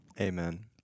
Amen